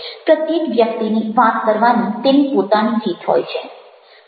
પ્રત્યેક વ્યક્તિની વાત કરવાની તેની પોતાની રીત હોય છે